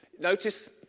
Notice